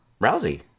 Rousey